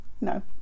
No